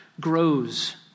grows